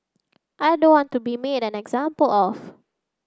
I don't want to be made an example of